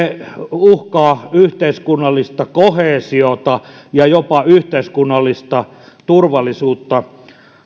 uhkaa yhteiskunnallista koheesiota ja jopa yhteiskunnallista turvallisuutta